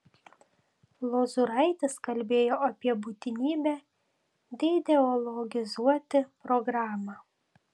lozuraitis kalbėjo apie būtinybę deideologizuoti programą